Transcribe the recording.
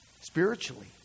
spiritually